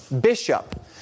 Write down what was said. bishop